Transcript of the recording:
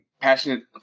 passionate